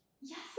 yes